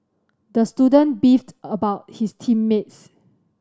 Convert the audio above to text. the student beefed about his team mates